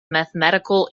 mathematical